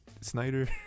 Snyder